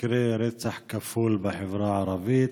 מקרה רצח כפול בחברה הערבית,